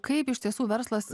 kaip iš tiesų verslas